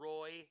Roy